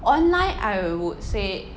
online I would say